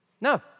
No